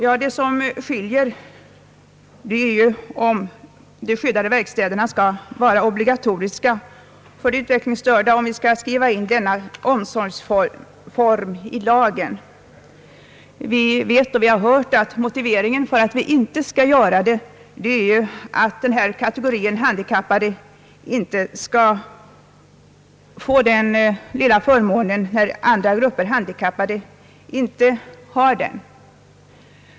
Vad som skiljer är om de skyddade verkstäderna skall vara obligatoriska för de utvecklingsstörda, om vi skall skriva in denna omsorgsform i lagen eller inte. Vi vet och vi har hört att motiveringen för att vi inte skall göra det är att denna kategori handikappade inte skall få denna lilla förmån när andra grupper handikappade inte har den.